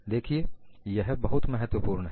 देखिए यह बहुत महत्वपूर्ण है